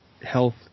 health